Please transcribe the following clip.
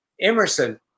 Emerson